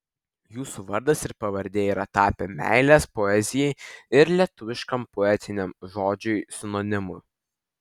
jūsų vardas ir pavardė yra tapę meilės poezijai ir lietuviškam poetiniam žodžiui sinonimu